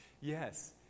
Yes